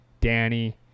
Danny